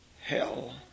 Hell